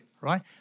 right